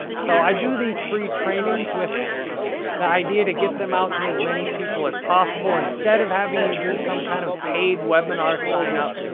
so, i do these free trainings with the idea to get them out to as many people as possible instead of having you do some kind of paid webinar sign-up.